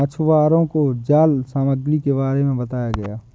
मछुवारों को जाल सामग्री के बारे में बताया गया